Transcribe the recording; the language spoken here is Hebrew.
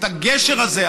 את הגשר הזה,